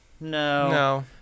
No